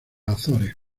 azores